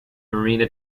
marina